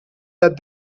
that